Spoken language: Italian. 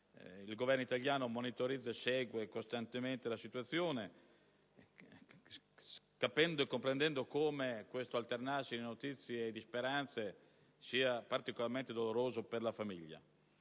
Il Governo italiano monitorizza e segue costantemente la situazione, comprendendo come questo alternarsi di notizie e di speranze sia particolarmente doloroso per la famiglia.